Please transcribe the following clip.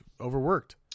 overworked